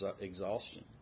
exhaustion